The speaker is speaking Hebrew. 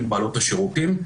הן בעלות השירותים,